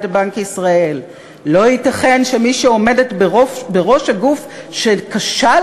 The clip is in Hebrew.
בנק ישראל: "לא ייתכן שמי שעומדת בראש הגוף שכשל